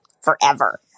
forever